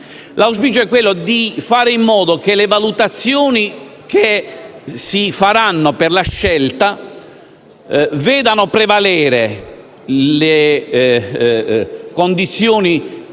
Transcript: all'auspicio di fare in modo che le valutazioni che si faranno per la scelta vedano prevalere le condizioni